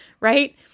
right